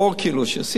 כאילו, שעשיתי.